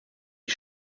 die